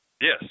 Yes